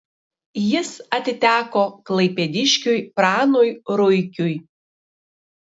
jis atiteko klaipėdiškiui pranui ruikiui